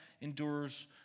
endures